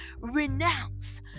renounce